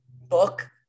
book